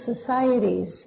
societies